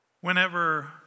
Whenever